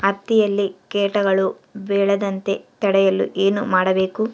ಹತ್ತಿಯಲ್ಲಿ ಕೇಟಗಳು ಬೇಳದಂತೆ ತಡೆಯಲು ಏನು ಮಾಡಬೇಕು?